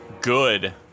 good